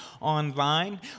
online